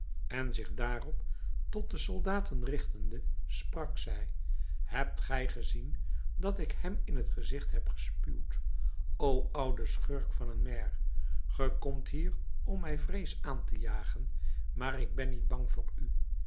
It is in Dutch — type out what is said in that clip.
en zich daarop tot de soldaten richtende sprak zij hebt gij gezien dat ik hem in t gezicht heb gespuwd o oude schurk van een maire ge komt hier om mij vrees aan te jagen maar ik ben niet bang voor u